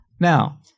Now